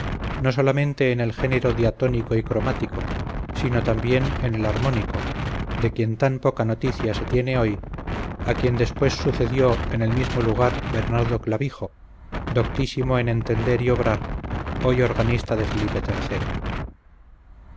no solamente en el género diatónico y cromático sino también en el armónico de quien tan poca noticia se tiene hoy a quien después sucedió en el mismo lugar bernardo clavijo doctísimo en entender y obrar hoy organista de felipe tercero